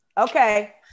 okay